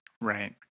Right